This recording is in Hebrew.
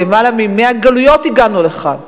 מלמעלה מ-100 גלויות הגענו לכאן.